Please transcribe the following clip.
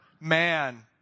man